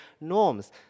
norms